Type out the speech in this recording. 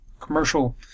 commercial